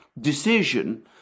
decision